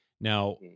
Now